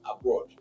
abroad